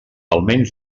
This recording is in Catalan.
almenys